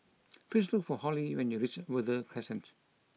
please look for Holli when you reach Verde Crescent